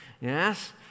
Yes